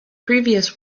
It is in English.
previous